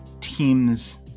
teams